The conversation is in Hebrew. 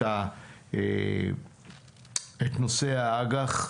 נושא האג"ח,